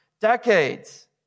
decades